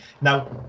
Now